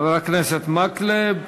חבר הכנסת מקלב,